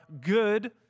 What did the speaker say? good